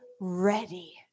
ready